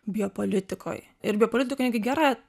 biopolitikoj ir biopolitikoj netgi gera